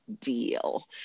deal